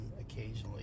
occasionally